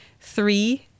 three